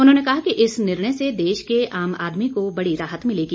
उन्होंने कहा कि इस निर्णय से देश के आम आदमी को बड़ी राहत मिलेगी